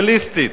הפלואורוסיליצית.